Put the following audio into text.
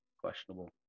questionable